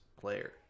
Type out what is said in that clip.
player